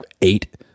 eight